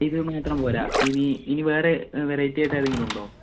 ഇതൊന്നും ഇത്രയും പോര ഇനി ഇനി വേറെ വെറൈറ്റീ ആയിട്ട് ഏതെങ്കിലും ഉണ്ടോ